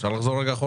אפשר לחזור אחורה?